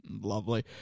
Lovely